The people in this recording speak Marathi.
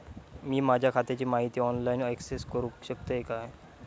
मी माझ्या खात्याची माहिती ऑनलाईन अक्सेस करूक शकतय काय?